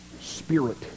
spirit